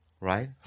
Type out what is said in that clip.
right